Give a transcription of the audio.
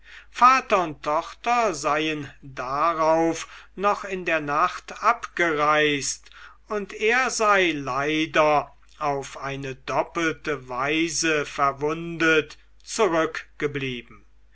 vater und tochter seien darauf noch in der nacht abgereist und er sei leider auf eine doppelte weise verwundet zurückgeblieben